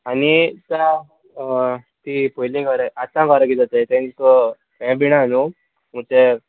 आनी एकदा ती पयली घरां आतां घरां किद् जाताय तेंचो हें बिण आहा न्हू म्हूणचें